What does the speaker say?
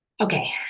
Okay